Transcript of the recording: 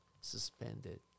suspended